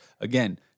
again